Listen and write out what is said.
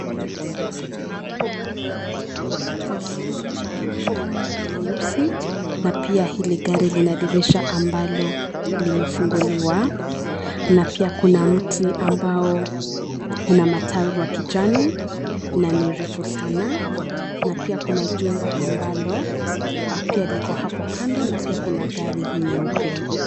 Katika hii picha kuna gari nyeusi na pia hili gari lina dirisha ambalo limefunguliwa na pia kuna mti ambao una matawi wa kijani, na ni refu sana. Na pia kuna jumba ambalo pia liko hapo kando na pia kuna gari nyeupe.